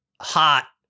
hot